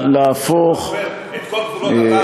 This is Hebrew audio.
שיח ביבים.